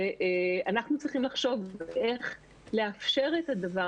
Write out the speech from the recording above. אנחנו צריכים לחשוב איך לאפשר את הדבר